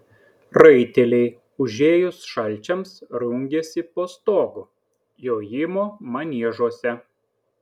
raiteliai užėjus šalčiams rungiasi po stogu jojimo maniežuose